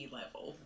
level